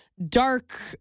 dark